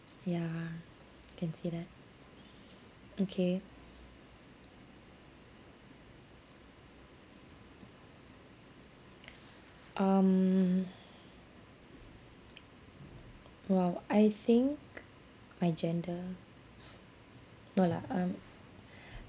ya can see that okay um !wow! I think my gender no lah um